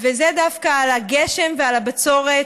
וזה דווקא על הגשם ועל הבצורת.